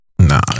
nah